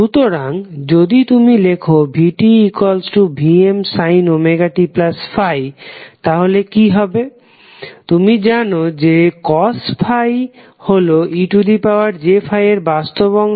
সুতরাং যদি তুমি লেখ vtVmωt∅ তাহলে কি হবে তুমি জানো যে cos ∅ হলো ej∅ এর বাস্তব অংশ